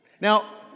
Now